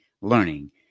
learning